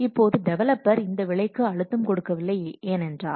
இப்போது டெவலப்பர் இந்த விலைக்கு அழுத்தம் கொடுக்கவில்லை ஏனென்றால்